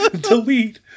delete